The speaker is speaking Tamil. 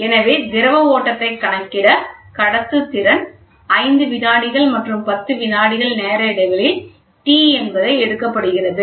எனவே திரவ ஓட்டத்தை கணக்கிட கடத்துத்திறன் 5 விநாடிகள் மற்றும் 10 வினாடிகள் நேர இடைவெளியில் T என்பதை எடுக்கப்படுகிறது